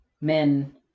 men